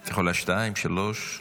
את יכולה שתיים, שלוש.